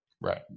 Right